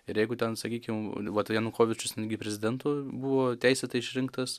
ir jeigu ten sakykim vat janukovičius netgi prezidentu buvo teisėtai išrinktas